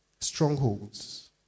Strongholds